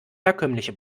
herkömmliche